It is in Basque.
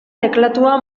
teklatua